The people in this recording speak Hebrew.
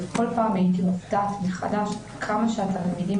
וכל פעם הייתי מופתעת מחדש כמה שהתלמידים